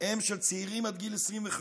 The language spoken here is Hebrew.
הם של צעירים עד גיל 25,